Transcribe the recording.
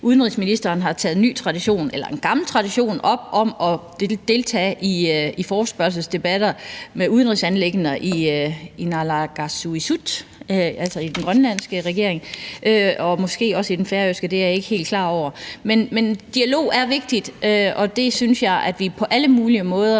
udenrigsministeren har taget en gammel tradition op om at deltage i forespørgselsdebatter om udenrigsanliggender med naalakkersuisut, altså den grønlandske regering, og måske også med den færøske regering – det er jeg ikke helt klar over. Men dialogen er vigtig, og den synes jeg vi på alle mulige måder